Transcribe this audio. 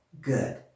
good